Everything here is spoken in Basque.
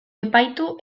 epaitu